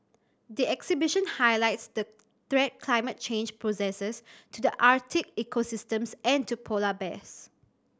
the exhibition highlights the threat climate change poses to the Arctic ecosystems and to polar bears